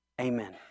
Amen